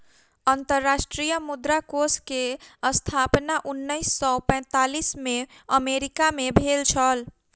अंतर्राष्ट्रीय मुद्रा कोष के स्थापना उन्नैस सौ पैंतालीस में अमेरिका मे भेल छल